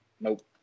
nope